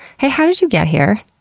hey, how did you get here?